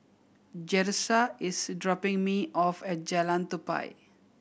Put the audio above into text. Jerusha is dropping me off at Jalan Tupai